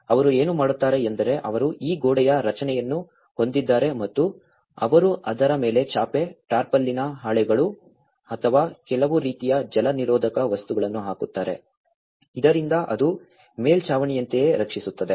ಅವರು ಏನು ಮಾಡುತ್ತಾರೆ ಎಂದರೆ ಅವರು ಈ ಗೋಡೆಯ ರಚನೆಯನ್ನು ಹೊಂದಿದ್ದಾರೆ ಮತ್ತು ಅವರು ಅದರ ಮೇಲೆ ಚಾಪೆ ಟಾರ್ಪಾಲಿನ್ ಹಾಳೆಗಳು ಅಥವಾ ಕೆಲವು ರೀತಿಯ ಜಲನಿರೋಧಕ ವಸ್ತುಗಳನ್ನು ಹಾಕುತ್ತಾರೆ ಇದರಿಂದ ಅದು ಮೇಲ್ಛಾವಣಿಯಂತೆಯೇ ರಕ್ಷಿಸುತ್ತದೆ